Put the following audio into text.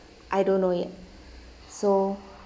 I don't know yet so